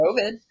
COVID